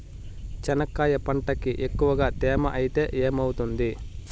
చెనక్కాయ పంటకి ఎక్కువగా తేమ ఐతే ఏమవుతుంది?